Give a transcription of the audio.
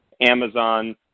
Amazon